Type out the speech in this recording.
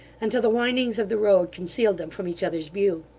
until the windings of the road concealed them from each other's view.